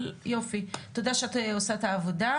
תודה שאת עושה את העבודה.